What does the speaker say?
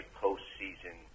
postseason